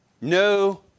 No